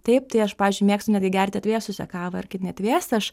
taip tai aš pavyzdžiui mėgstu netgi gerti atvėsusią kavą ir kai jinai atvėsta aš